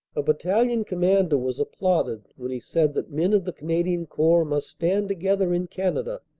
a battalion commander was applauded when he said that men of the canadian corps must stand together in canada,